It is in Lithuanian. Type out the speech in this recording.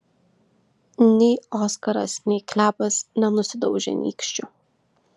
nei oskaras nei klepas nenusidaužė nykščių